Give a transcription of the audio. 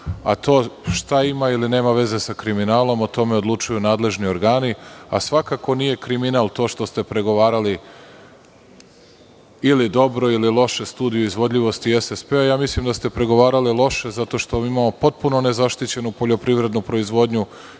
To šta ima ili nema veze sa kriminalom, o tome odlučuju nadležni organi. Svakako nije kriminal to što ste pregovarali ili dobro, ili loše studiju izvodljivosti, SSP. Mislim da ste pregovarali loše zato što imamo potpuno nezaštićenu poljoprivrednu proizvodnju.